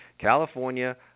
California